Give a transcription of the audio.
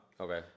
Okay